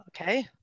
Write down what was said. Okay